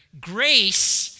grace